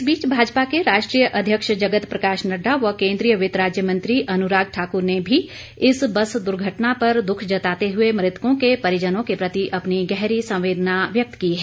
इस बीच भाजपा के राष्ट्रीय अध्यक्ष जगत प्रकाश नड्डा व केंद्रीय वित्त राज्य मंत्री अनुराग ठाकुर ने भी इस बस दुर्घटना पर दुख जताते हुए मृतकों के परिजनों के प्रति अपनी गहरी संवेदना व्यक्त की है